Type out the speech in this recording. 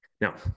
Now